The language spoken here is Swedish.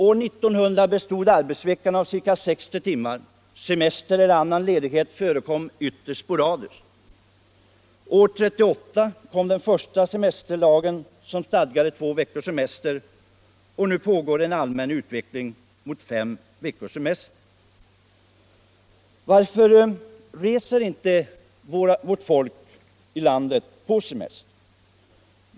År 1900 bestod arbetsveckan av ca 60 timmar, och semester eller annan ledighet förekom då ytterst sporadiskt. År 1938 kom den första semesterlagen, som stadgade två veckors semester, och nu pågår en allmän utveckling mot fem veckors semester. Varför reser inte vårt folk på semester i Sverige?